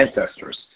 ancestors